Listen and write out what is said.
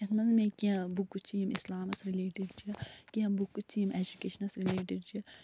یَتھ منٛز مےٚ کیٚنٛہہ بُکہٕ چھ یِم اِسلامس رلیٹڈ چھِ کیٚنٛہہ بُکہٕ چھِ یِم اٮ۪جُکیشنس رِلیٹڈ چھِ